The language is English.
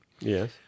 Yes